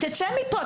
תצא מפה,